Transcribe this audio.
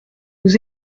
nous